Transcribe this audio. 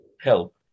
help